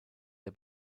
der